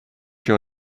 your